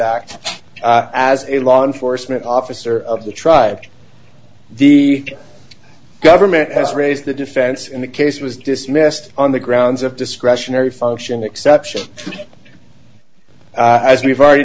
act as a law enforcement officer of the tribe to the government has raised the defense and the case was dismissed on the grounds of discretionary function exception as we've already